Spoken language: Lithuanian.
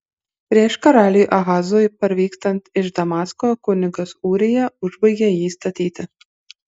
prieš karaliui ahazui parvykstant iš damasko kunigas ūrija užbaigė jį statyti